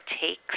takes